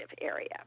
area